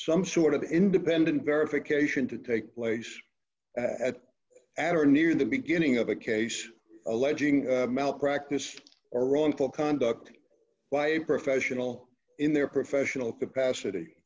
some sort of independent verification to take place at afternoon the beginning of a case alleging malpractise or wrongful conduct by a professional in their professional capacity